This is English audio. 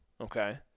okay